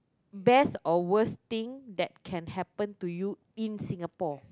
best or worst thing that can happen to you in Singapore